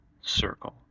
circle